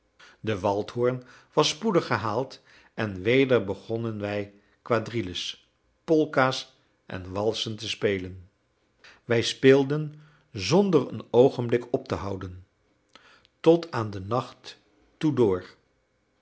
de waldhoren was spoedig gehaald en weder begonnen wij quadrilles polka's en walsen te spelen wij speelden zonder een oogenblik op te houden tot aan den nacht toe